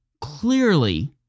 clearly